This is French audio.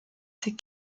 ses